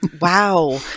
wow